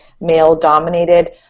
male-dominated